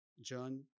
john